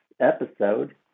episode